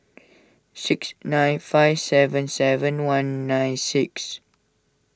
six nine five seven seven one nine six